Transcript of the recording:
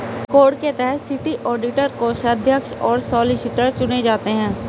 code के तहत city auditor, कोषाध्यक्ष और सॉलिसिटर चुने जाते हैं